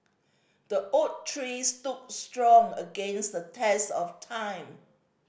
the oak tree stood strong against the test of time